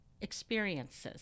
experiences